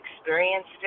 experienced